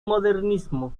modernismo